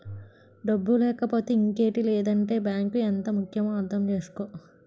డబ్బు లేకపోతే ఇంకేటి లేదంటే బాంకు ఎంత ముక్యమో అర్థం చేసుకో